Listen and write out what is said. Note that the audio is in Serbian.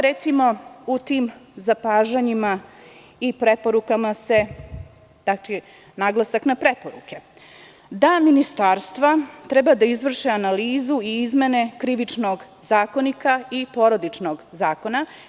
Recimo, u tim zapažanjima i preporukama, tačnije, naglasak je na preporukama, da ministarstva treba da izvrše analizu i izmene Krivičnog zakonika i Porodičnog zakona.